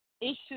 issues